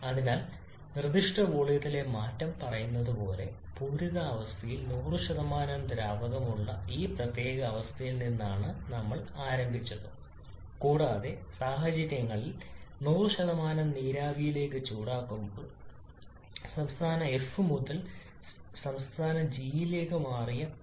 അതിനാൽ നിർദ്ദിഷ്ട വോളിയത്തിലെ മാറ്റം പറയുന്നതുപോലെ പൂരിത അവസ്ഥയിൽ 100 ദ്രാവകമുള്ള ഈ പ്രത്യേക അവസ്ഥയിൽ നിന്നാണ് നമ്മൾ ആരംഭിച്ചത് കൂടാതെ സാഹചര്യങ്ങളിൽ 100 നീരാവിയിലേക്ക് ചൂടാക്കുമ്പോൾ സംസ്ഥാന എഫ് മുതൽ സ്റ്റേറ്റ് ജിയിലേക്ക് മാറിയ പി